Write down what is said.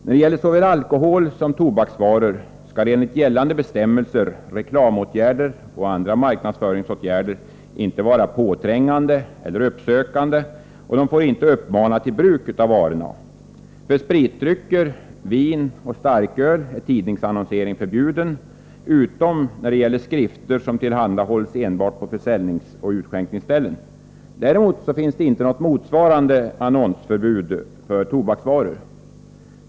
När det gäller såväl alkohol som tobaksvaror skall enligt gällande bestämmelser reklamåtgärder och andra marknadsföringsåtgärder inte vara påträngande eller uppsökande, och de får inte uppmana till bruk av varorna. För spritdrycker, vin och starköl är tidningsannonsering förbjuden, utom i fråga om skrifter som tillhandahålls enbart på försäljningsoch utskänkningsställen. Däremot finns inte något motsvarande annonsförbud för tobaksvaror.